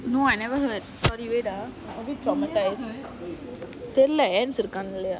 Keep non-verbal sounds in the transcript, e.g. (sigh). no I never heard (noise) sorry wait ah I always got தெரில இருக்கானு தெரில:terila irukanu terila